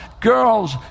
Girls